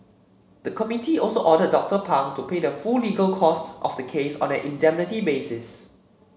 the committee also ordered Doctor Pang to pay the full legal costs of the case on an indemnity basis